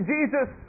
Jesus